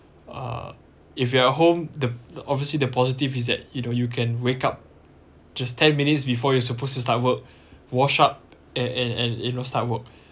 uh if you're at home the obviously the positive is that you know you can wake up just ten minutes before you supposed to start work wash up and and and you know start work